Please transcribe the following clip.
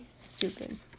stupid